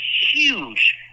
huge